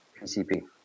PCP